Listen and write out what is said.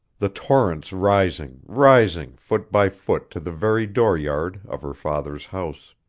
the torrents rising, rising foot by foot to the very dooryard of her father's house.